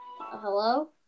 Hello